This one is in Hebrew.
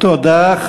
תודה רבה.